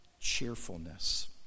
cheerfulness